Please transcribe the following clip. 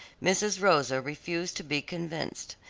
mrs. rosa refused to be convinced.